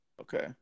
Okay